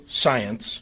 science